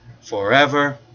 forever